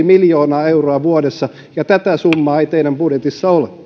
miljoonaa euroa vuodessa ja tätä summaa ei teidän budjetissanne ole